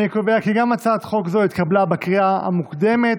אני קובע כי גם הצעת חוק זו התקבלה בקריאה המוקדמת,